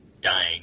dying